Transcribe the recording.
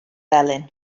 felyn